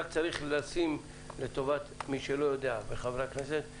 רק צריך לשים לטובת מי שלא יודע וחברי הכנסת,